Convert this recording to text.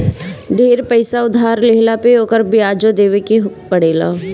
ढेर पईसा उधार लेहला पे ओकर बियाजो देवे के पड़ेला